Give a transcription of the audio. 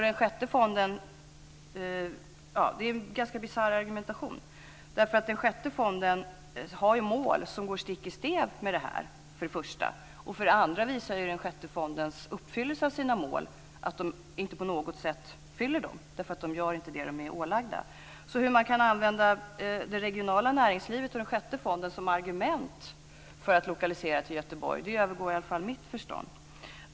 Det är en ganska bisarr argumentation. Den sjätte fonden har ju för det första mål som går stick i stäv med det här. För det andra visar den sjätte fondens uppfyllelse av sina mål att man inte på något sätt uppfyller dem därför att man inte gör det man är ålagd. Hur man kan använda det regionala näringslivet och den sjätte fonden som argument för en lokalisering till Göteborg övergår mitt förstånd.